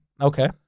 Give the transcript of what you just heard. Okay